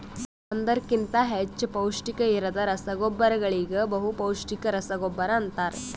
ಒಂದುರ್ ಕಿಂತಾ ಹೆಚ್ಚ ಪೌಷ್ಟಿಕ ಇರದ್ ರಸಗೊಬ್ಬರಗೋಳಿಗ ಬಹುಪೌಸ್ಟಿಕ ರಸಗೊಬ್ಬರ ಅಂತಾರ್